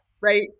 Right